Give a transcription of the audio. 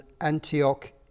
Antioch